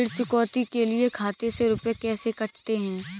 ऋण चुकौती के लिए खाते से रुपये कैसे कटते हैं?